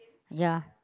ya